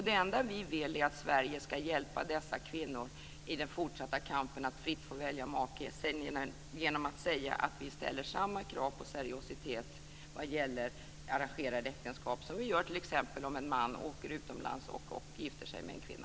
Det enda vi vill är att vi i Sverige ska hjälpa dessa kvinnor i den fortsatta kampen för att fritt få välja make genom att säga att vi ställer samma krav på seriositet vad gäller arrangerade äktenskap som vi gör t.ex. om en man åker utomlands och gifter sig med en kvinna.